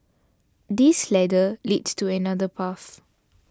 this ladder leads to another path